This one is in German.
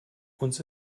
uns